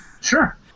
Sure